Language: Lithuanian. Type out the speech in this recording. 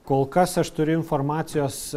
kol kas aš turiu informacijos